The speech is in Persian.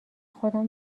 خودم